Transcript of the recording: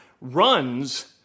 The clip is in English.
runs